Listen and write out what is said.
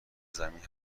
زمین